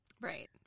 Right